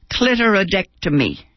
clitoridectomy